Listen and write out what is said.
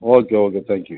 okay okay thank you